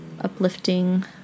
uplifting